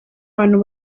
abantu